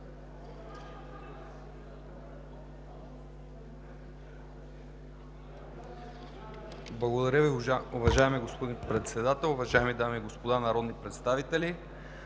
Благодаря, уважаеми господин Председател. Уважаеми дами и господа народни представители!